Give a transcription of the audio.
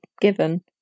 given